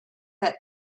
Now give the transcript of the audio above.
that